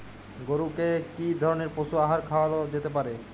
গরু কে কি ধরনের পশু আহার খাওয়ানো যেতে পারে?